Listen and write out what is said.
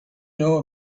know